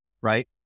right